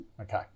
Okay